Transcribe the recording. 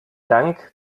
dank